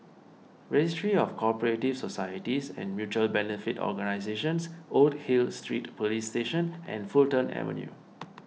Registry of Co Operative Societies and Mutual Benefit Organisations Old Hill Street Police Station and Fulton Avenue